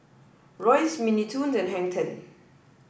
Royce Mini Toons and Hang Ten